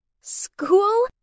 School